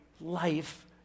life